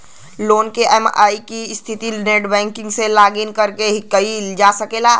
loan क EMI क स्थिति क पता नेटबैंकिंग से लॉगिन करके किहल जा सकला